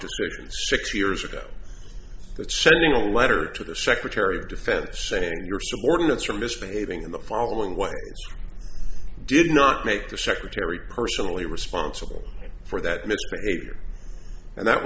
decisions six years ago that sending a letter to the secretary of defense saying your subordinates are misbehaving in the following way did not make the secretary personally responsible for that misbehavior and that